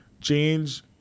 change